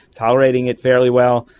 tolerating it fairly well,